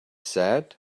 said